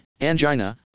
angina